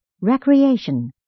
recreation